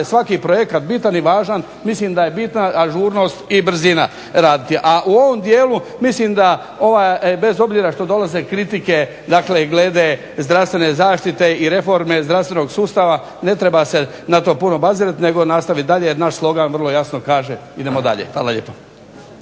svaki projekt bitan i važan, mislim da je bitna ažurnost i brzina raditi. A u ovom dijelu mislim da ova, bez obzira što dolaze kritike glede zdravstvene zaštite i reforme zdravstvenog sustava ne treba se puno na to obazirati nego nastavit dalje jer naš slogan vrlo jasno kaže "Idemo dalje". Hvala lijepo.